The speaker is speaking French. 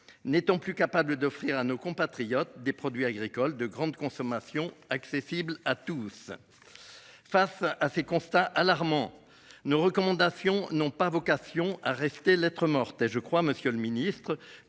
n'étant plus capable d'offrir à nos compatriotes des produits agricoles de grande consommation accessible à tous. Face à ces constats alarmants nos recommandations n'ont pas vocation à rester lettre morte. Et je crois, Monsieur le Ministre